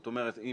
שוב,